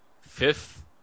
fifth